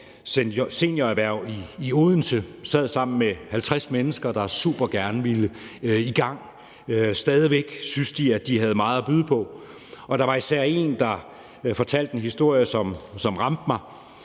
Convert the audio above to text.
Senior Erhverv i Odense og sad sammen med 50 mennesker, der supergerne ville i gang. De syntes stadig væk, de havde meget at byde på, og der var især en, der fortalte en historie, som ramte mig.